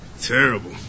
Terrible